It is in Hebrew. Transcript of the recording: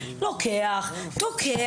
ולתקוע אותו,